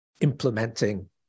implementing